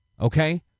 okay